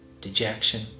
dejection